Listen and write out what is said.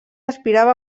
aspirava